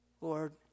Lord